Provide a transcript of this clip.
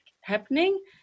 happening